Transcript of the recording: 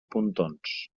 pontons